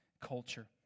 culture